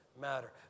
Matter